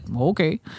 okay